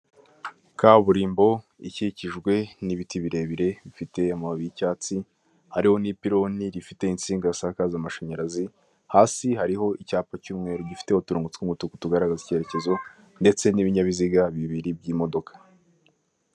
Ishusho yerekana uburyo ushobora gutumiza ibintu ukoresheje telefone igezweho kumbuga nkoranyambaga zitandukanye utavuye aho uri harimo nk'imyenda ndetse n'imitako bitandukanye.